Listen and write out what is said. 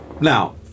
Now